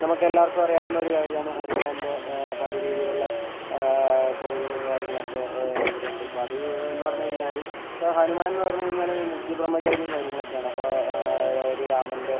നമുക്കെല്ലാർക്കും അറിയാവുന്ന ഒരു കാര്യമാണ് ഹനുമാൻ്റെ പല രീതീലുള്ള കോവിലുകളും കാര്യങ്ങളൊക്കെ ഇവിടെ ഉണ്ട് അപ്പം അത് എന്ന് പറഞ്ഞു കഴിഞ്ഞാല് ഇപ്പോ ഹനുമാൻ എന്ന് പറഞ്ഞ് കഴിഞ്ഞാല് നിത്യ ബ്രഹ്മചാരിയും കാര്യങ്ങളൊക്കെ ആണ് അപ്പം അതായത് രാമൻ്റെ